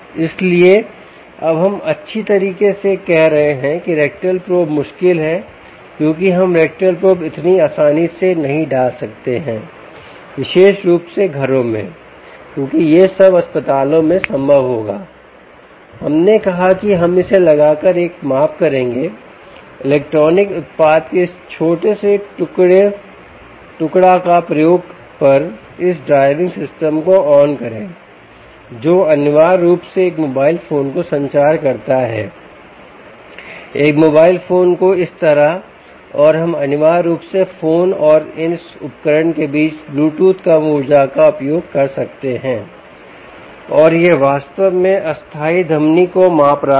इसलिए अब हम अच्छी तरह से कह रहे हैं कि रेक्टल प्रोब मुश्किल है क्योंकि हम रेक्टल प्रोब इतनी आसानी से नहीं डाल सकते हैं विशेष रूप से घरों में क्योंकि यह सब अस्पतालों में संभव होगा हमने कहा कि हम इसे लगाकर एक माप करेंगे इलेक्ट्रॉनिक उत्पाद के इस छोटे से टुकड़ा का प्रयोग पर इस ड्राइविंग सिस्टम को ऑन करें जो अनिवार्य रूप से एक मोबाइल फोन को संचार करता है एक मोबाइल फोन को इस तरह और हम अनिवार्य रूप से फोन और इस उपकरण के बीच ब्लूटूथ कम ऊर्जा का उपयोग कर सकते है और यह वास्तव में अस्थायी धमनी को माप रहा है